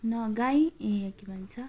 न गाई ए के भन्छ